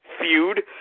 feud